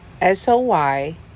S-O-Y